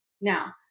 now